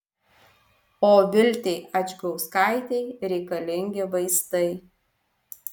o viltei adžgauskaitei reikalingi vaistai